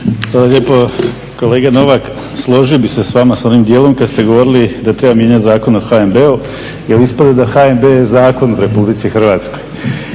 Hvala lijepo. Kolega Novak složio bih se s vama sa onim dijelom kada ste govorili da treba mijenjati Zakon o HNB-u jel ispada da je HNB zakon RH, … to